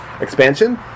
expansion